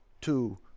two